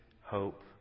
hope